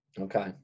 okay